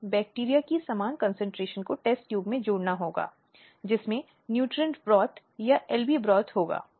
बलात्कार केवल एक महिला के व्यक्तित्व के खिलाफ नहीं बल्कि पूरे समाज के खिलाफ अपराध है